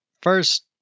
first